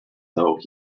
though